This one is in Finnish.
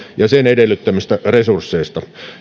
ja sen edellyttämistä resursseista